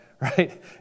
right